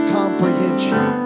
comprehension